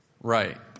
Right